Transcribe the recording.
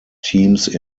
teams